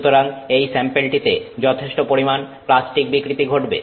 সুতরাং এই স্যাম্পেলটিতে যথেষ্ট পরিমাণ প্লাস্টিক বিকৃতি ঘটবে